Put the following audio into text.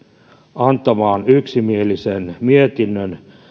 antamaan yksimielisen mietinnön